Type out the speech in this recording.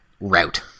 route